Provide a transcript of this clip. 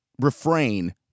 refrain